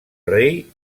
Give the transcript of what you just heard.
rei